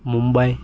Mumbai